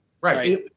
Right